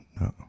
No